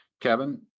Kevin